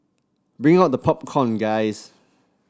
bring out the popcorn guys